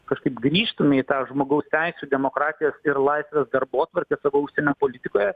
kažkaip grįžtume į tą žmogaus teisių demokratijos ir laisvės darbotvarkę savo užsienio politikoje